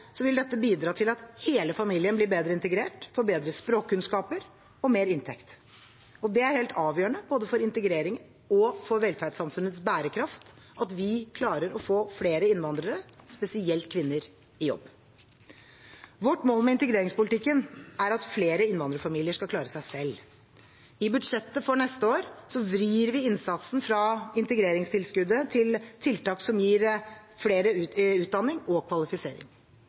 vil dette bidra til at hele familien blir bedre integrert, får bedre språkkunnskaper og mer inntekt. Det er helt avgjørende både for integreringen og for velferdssamfunnets bærekraft at vi klarer å få flere innvandrere, spesielt kvinner, i jobb. Vårt mål med integreringspolitikken er at flere innvandrerfamilier skal klare seg selv. I budsjettet for neste år vrir vi innsatsen fra integreringstilskuddet til tiltak som gir flere utdanning og kvalifisering.